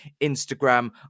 instagram